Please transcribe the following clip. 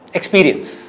Experience